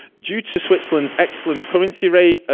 due to switzerland's excellent currency rate,